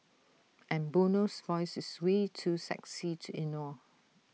and Bono's voice is way too sexy to ignore